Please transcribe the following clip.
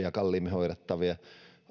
ja kalliimmin hoidettavien